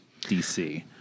DC